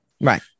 Right